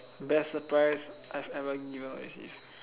best surprise I've ever given or received